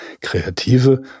kreative